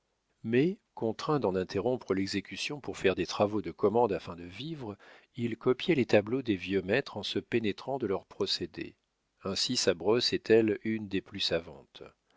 mais contraint d'en interrompre l'exécution pour faire des travaux de commande afin de vivre il copiait les tableaux des vieux maîtres en se pénétrant de leurs procédés aussi sa brosse est-elle une des plus savantes